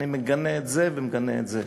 אני מגנה את זה ומגנה את זה,